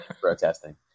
protesting